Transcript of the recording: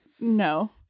No